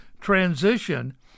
transition